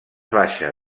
baixa